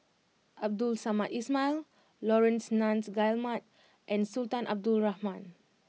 Abdul Samad Ismail Laurence Nunns Guillemard and Sultan Abdul Rahman